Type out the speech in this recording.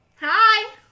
Hi